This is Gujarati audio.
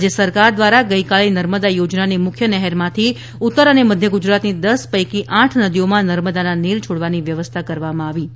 રાજય સરકાર દ્વારા ગઇકાલે નર્મદા યોજનાની મુખ્ય નહેરમાંથી ઉત્તર અને મધ્ય ગુજરાતની દશ પૈકી આઠ નદીઓમા નર્મદાના નીર છોડવાની વ્યવસ્થા કરવામાં આવી છે